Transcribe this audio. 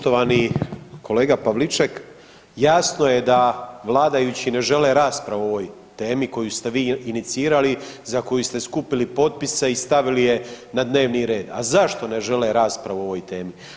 Poštovani kolega Pavliček, jasno je da vladajući ne žele raspravu o ovoj temi koju ste vi inicirali, za koju ste skupili potpise i stavili je na dnevni red, a zašto ne žele raspravu o ovoj temi?